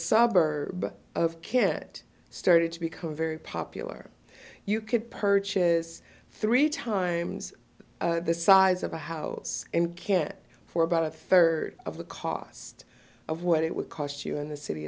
suburb of can it started to become very popular you could purchase three times the size of a house and for about a third of the cost of what it would cost you in the city